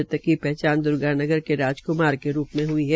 मृतक की पहचान दर्गानकर के राजकुमार के रूप में हई है